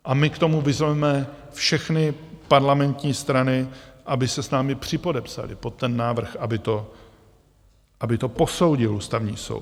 A my k tomu vyzveme všechny parlamentní strany, aby se s námi připodepsaly pod ten návrh, aby to posoudil Ústavní soud.